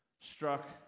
struck